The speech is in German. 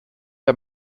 der